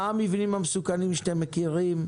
מה הם המבנים המסוכנים שאתם מכירים?